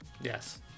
Yes